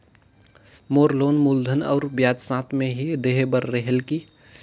मोर loan मूलधन और ब्याज साथ मे ही देहे बार रेहेल की?